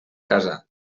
casar